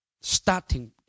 starting